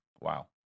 Wow